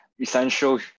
essential